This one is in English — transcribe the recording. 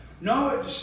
No